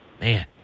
man